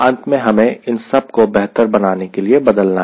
अंत में हमें इन सब को बेहतर बनाने के लिए बदलना है